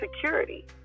security